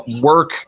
work